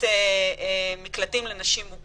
זו השאלה שמונחת כאן מתי אנחנו כמדינה,